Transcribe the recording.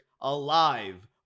alive